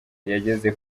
yageze